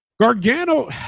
Gargano